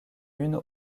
une